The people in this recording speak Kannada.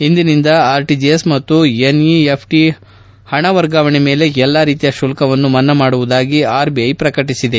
ಇಂದಿನಿಂದ ಆರ್ ಟಜಿಎಸ್ ಮತ್ತು ಎನ್ ಇಎಫ್ ಟಿ ಹಣ ವರ್ಗಾವಣೆ ಮೇಲೆ ಎಲ್ಲ ರೀತಿಯ ಶುಲ್ತವನ್ನುಮನ್ನಾ ಮಾಡುವುದಾಗಿ ಆರ್ ಬಿಐ ಪ್ರಕಟಿಸಿದೆ